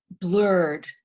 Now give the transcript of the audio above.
blurred